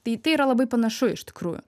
tai tai yra labai panašu iš tikrųjų